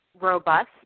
robust